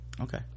Okay